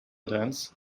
dance